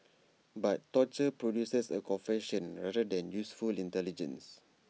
but torture produces A confession rather than useful intelligence